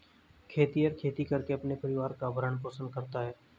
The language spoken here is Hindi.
खेतिहर खेती करके अपने परिवार का भरण पोषण करता है